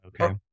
Okay